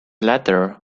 latter